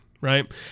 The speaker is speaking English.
right